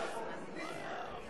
ליצמן לא מגן על החוק הזה.